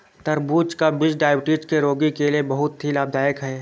तरबूज का बीज डायबिटीज के रोगी के लिए बहुत ही लाभदायक है